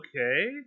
okay